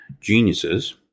geniuses